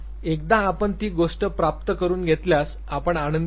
एकदा आपण ती गोष्ट प्राप्त करून घेतल्यास आपण आनंदी होतो